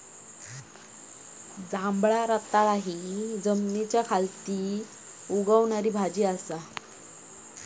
जांभळा रताळा हि जमनीखाली उगवणारी भाजी असा